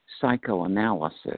psychoanalysis